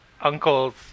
uncle's